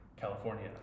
california